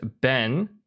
Ben